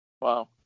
wow